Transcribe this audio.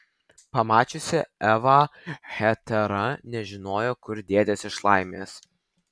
pamačiusi evą hetera nežinojo kur dėtis iš laimės